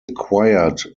acquired